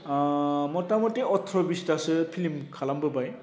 आ मुथा मुथि अथ्र बिसथासो फिल्म खालामबोबाय